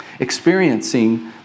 experiencing